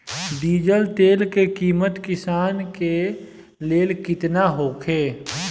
Diesel तेल के किमत किसान के लेल केतना होखे?